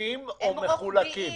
גמישים או מחולקים?